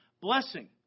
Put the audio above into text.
blessing